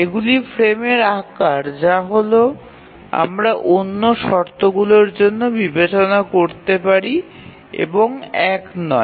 এগুলি ফ্রেমের আকার যা হল আমরা অন্য শর্তগুলির জন্য বিবেচনা করতে পারি এবং ১ নয়